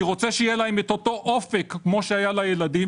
אני רוצה שיהיה להם אותו אופק כפי שהיה לילדים